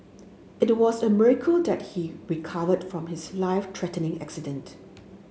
it was a miracle that he recovered from his life threatening accident